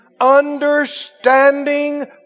Understanding